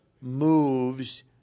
moves